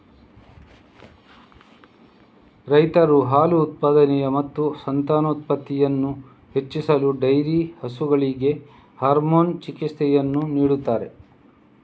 ರೈತರು ಹಾಲು ಉತ್ಪಾದನೆ ಮತ್ತು ಸಂತಾನೋತ್ಪತ್ತಿಯನ್ನು ಹೆಚ್ಚಿಸಲು ಡೈರಿ ಹಸುಗಳಿಗೆ ಹಾರ್ಮೋನ್ ಚಿಕಿತ್ಸೆಯನ್ನು ನೀಡುತ್ತಾರೆ